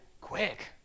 quick